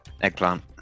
Eggplant